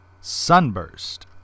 sunburst